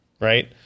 right